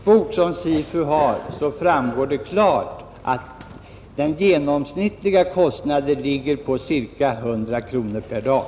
Herr talman! Av den kursbok som SIFU har framgår det klart att den genomsnittliga kostnaden ligger på ca 100 kronor per dag.